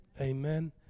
Amen